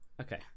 okay